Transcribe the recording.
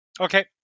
Okay